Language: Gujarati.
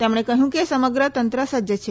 તેમણે કહ્યું કે સમગ્ર તંત્ર સજ્જ છે